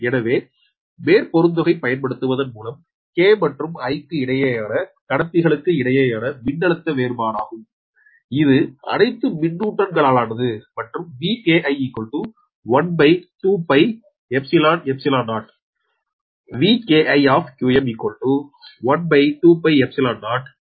எனவே மேற்பொருத்துகை பயன்படுத்துவதன் மூலம் k மற்றும் i க்கு இடையேயான கடத்திகளுக்கு இடையேயான மின்னழுத்த வேறுபாடாகும் இது அணைத்து மின்னூட்டங்களாலானது மற்றும்Vki 1 2 Π𝜖𝜖0